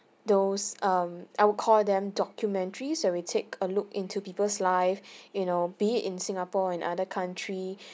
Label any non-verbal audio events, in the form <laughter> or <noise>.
those um I will call them documentaries where we take a look into people's live <breath> you know be it in singapore and other country